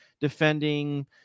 defending